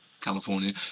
California